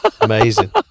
Amazing